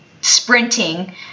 sprinting